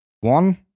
one